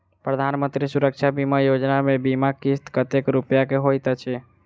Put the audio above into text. प्रधानमंत्री सुरक्षा बीमा योजना मे बीमा किस्त कतेक रूपया केँ होइत अछि?